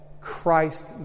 Christ